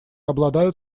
обладают